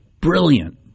Brilliant